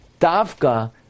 davka